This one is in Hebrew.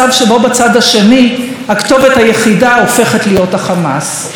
שבו בצד השני הכתובת היחידה הופכת להיות החמאס.